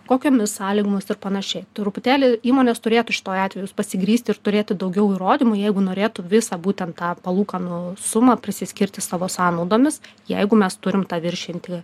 kokiomis sąlygomis ir panašiai truputėlį įmonės turėtų šituo atveju pasigriįti ir turėti daugiau įrodymų jeigu norėtų visą būtent tą palūkanų sumą prisiskirti savo sąnaudomis jeigu mes turim tą viršijantį